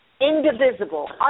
indivisible